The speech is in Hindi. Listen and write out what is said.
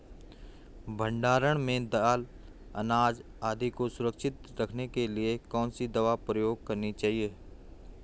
भण्डारण में दाल अनाज आदि को सुरक्षित रखने के लिए कौन सी दवा प्रयोग करनी चाहिए?